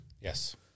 Yes